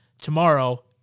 tomorrow